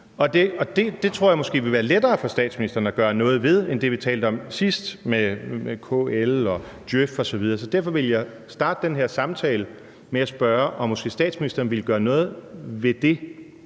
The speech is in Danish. Det tror jeg måske vil være lettere for statsministeren at gøre noget ved end det, vi talte om sidst, med KL og Djøf osv. Så derfor vil jeg starte den her samtale med at spørge, om statsministeren måske vil gøre noget ved det,